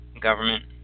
government